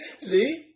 See